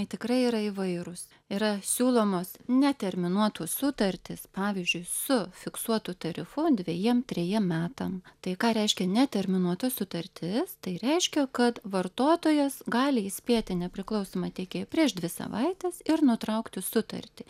jie tikrai yra įvairūs yra siūlomos ne terminuotos sutartys pavyzdžiui su fiksuotu tarifu dvejiem trejiem metam tai ką reiškia neterminuota sutartis tai reiškia kad vartotojas gali įspėti nepriklausomą tiekėją prieš dvi savaites ir nutraukti sutartį